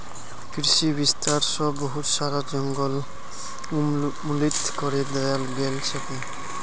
कृषि विस्तार स बहुत सारा जंगल उन्मूलित करे दयाल गेल छेक